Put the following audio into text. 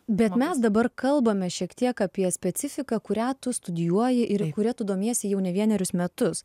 bet mes dabar kalbame šiek tiek apie specifiką kurią tu studijuoji ir kuria tu domiesi jau ne vienerius metus